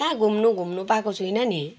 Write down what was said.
कहाँ घुम्नु घुम्नु पाएको छुइनँ नि